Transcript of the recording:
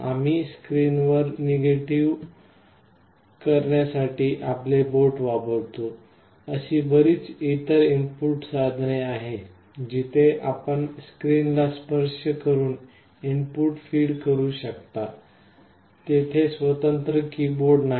आम्ही स्क्रीनवर नॅव्हिगेट करण्यासाठी आपले बोटे वापरतो अशी बरेच इतर इनपुट साधने आहेत जिथे आपण स्क्रीनला स्पर्श करून इनपुट फीड करू शकता तेथे स्वतंत्र कीबोर्ड नाही